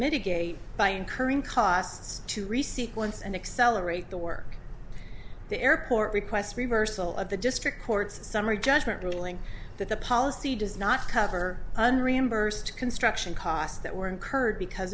mitigate by incurring costs to receipt once and accelerate the work the airport requests reversal of the district court summary judgment ruling that the policy does not cover an reimbursed construction costs that were incurred because